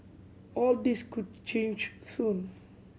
all this could change soon